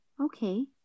okay